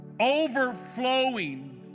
Overflowing